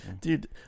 Dude